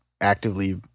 actively